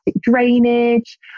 drainage